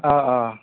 آ آ